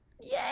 Yay